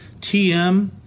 TM